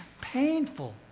painful